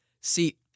see